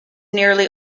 nearly